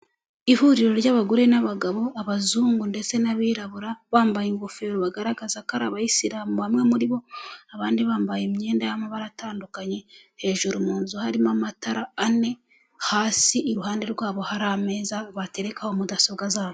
Ihuriro ry'abagore n'abagabo, abazungu ndetse n'abirabura, bambaye ingofero bagaragaza ko ari abayisilamu bamwe muri bo, abandi bambaye imyenda y'amabara atandukanye, hejuru mu nzu harimo amatara ane, hasi iruhande rwabo hari ameza baterekaho mudasobwa zabo.